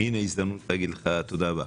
הנה הזדמנות להגיד לך תודה רבה.